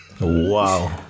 Wow